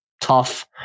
tough